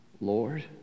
Lord